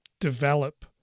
develop